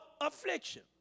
affliction